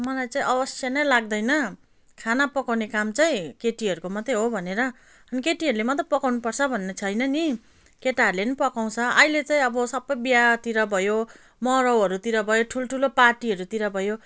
मलाई चाहिँ अवश्य नै लाग्दैन खाना पकाउने काम चाहिँ केटीहरूको मात्रै हो भनेर केटीहरूले मात्रै पकाउनु पर्छ भन्ने छैन नि केटाहरूले नि पकाउँछ अहिले चाहिँ अब सबै बिहातिर भयो मरौहरूतिर भयो ठुल ठुलो पार्टीहरूतिर भयो